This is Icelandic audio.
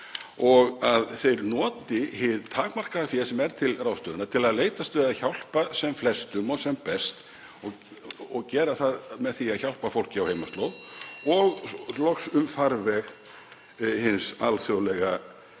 og að þeir noti hið takmarkaða fé sem er til ráðstöfunar til að leitast við að hjálpa sem flestum og sem best? Þeir gera það með því að hjálpa fólki á heimaslóð og loks um farveg hins alþjóðlega